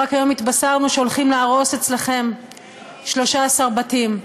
רק היום התבשרנו שהולכים להרוס אצלכם 13 בתים.